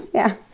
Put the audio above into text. yeah.